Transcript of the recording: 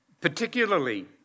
particularly